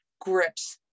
grips